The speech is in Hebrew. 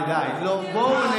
די, די.